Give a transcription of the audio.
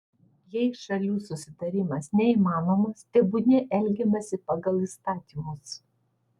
jei šalių susitarimas neįmanomas tebūnie elgiamasi pagal įstatymus